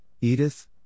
Edith